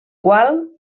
qual